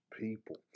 people